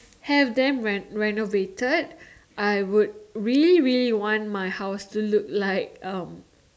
have them re~ renovated I would really really want my house to look like um